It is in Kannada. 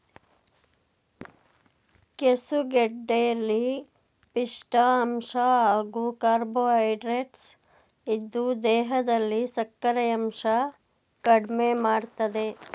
ಕೆಸುಗೆಡ್ಡೆಲಿ ಪಿಷ್ಠ ಅಂಶ ಹಾಗೂ ಕಾರ್ಬೋಹೈಡ್ರೇಟ್ಸ್ ಇದ್ದು ದೇಹದಲ್ಲಿ ಸಕ್ಕರೆಯಂಶ ಕಡ್ಮೆಮಾಡ್ತದೆ